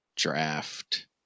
draft